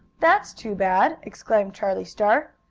that's too bad! exclaimed charlie star.